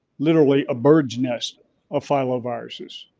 literally a bird's nest of filoviruses.